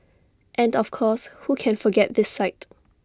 and of course who can forget this sight